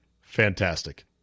fantastic